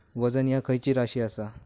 वजन ह्या खैची राशी असा?